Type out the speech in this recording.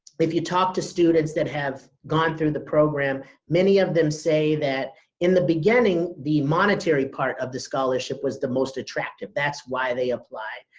if you talk to students that have gone through the program, many of them say that in the beginning, the monetary part of the scholarship was the most attractive, that's why they applied.